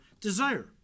desire